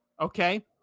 okay